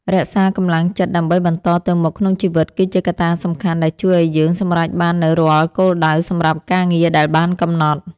រក្សាកម្លាំងចិត្តដើម្បីបន្តទៅមុខក្នុងជីវិតគឺជាកត្តាសំខាន់ដែលជួយឱ្យយើងសម្រេចបាននូវរាល់គោលដៅសម្រាប់ការងារដែលបានកំណត់។